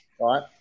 right